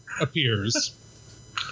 appears